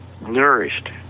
nourished